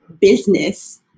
business